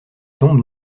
tombe